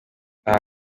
aha